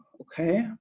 okay